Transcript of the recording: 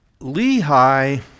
Lehi